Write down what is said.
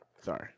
Sorry